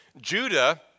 Judah